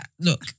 Look